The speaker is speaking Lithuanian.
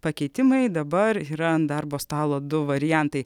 pakeitimai dabar yra ant darbo stalo du variantai